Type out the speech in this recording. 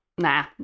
nah